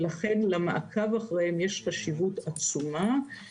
לכן, יש חשיבות עצומה למעקב אחריהם.